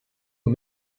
aux